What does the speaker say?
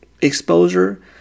exposure